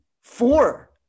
four